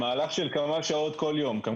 כמה שעות כל יום.